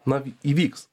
na įvyks